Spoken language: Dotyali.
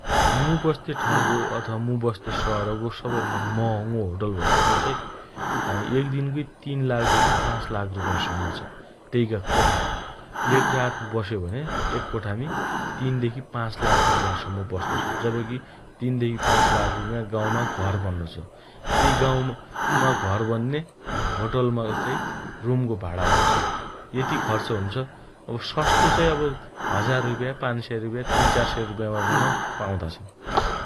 मु बस्ते ठाउँको अथवा मु बस्ते सहरको सबैभन्दा महँगो होटल भनेको चाइ अँ एक दिनकै तीन लाखदेखि पाँच लाख रुपैयाँसम्म छ । तेइका कोठाको । एक रात बस्यो भने एक कोठामी तीनदेखि पाँच लाख रुपैयाँसम्म बस्तो छ । जबकी तीन देखि पाँच लाख रुपैयाँमा गाउँमा घर बन्नो छ । तेइ गाउँमा घर बन्ने होटलमा चाइ रुमको भाडा हुनोछ । यति खर्च हुन्छ । अब सस्तो चाइ अब हजार रुपैयाँ, पाँच सय रुपैयाँ, तीन चार सय रुपैयाँमा पन पाउना छन् ।